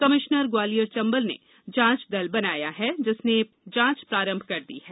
commissioner Gwalior Chambal ने जांच दल बनाया है जिसने जांच प्रारंभ कर दी है